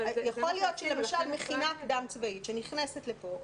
יכול להיות שמכינה קדם צבאית שנכנסת לפה,